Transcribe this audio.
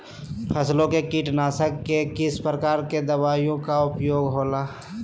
फसलों के कीटनाशक के किस प्रकार के दवाइयों का उपयोग हो ला?